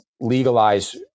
legalize